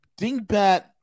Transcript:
dingbat